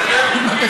בסדר?